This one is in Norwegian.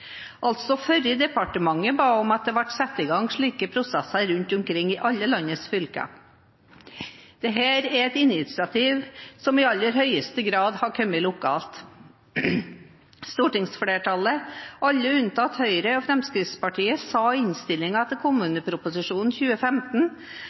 altså før departementet ba om at det ble satt i gang slike prosesser rundt omkring i alle landets fylker. Dette er et initiativ som i aller høyeste grad har kommet lokalt. Stortingsflertallet, alle unntatt Høyre og Fremskrittspartiet, sa i innstillingen til